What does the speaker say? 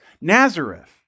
Nazareth